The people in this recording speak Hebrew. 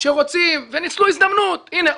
שרוצים וניצלו הזדמנות: הנה,